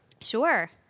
Sure